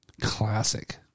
Classic